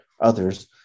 others